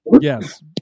Yes